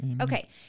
Okay